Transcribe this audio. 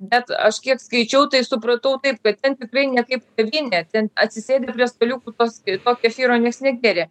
bet aš kiek skaičiau tai supratau taip kad tikrai ne kaip kavinė ten atsisėdę prie staliukų tos to kefyro nieks negėrė